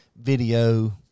video